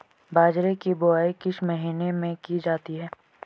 बाजरे की बुवाई किस महीने में की जाती है?